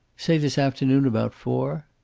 say this afternoon about four.